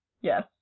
Yes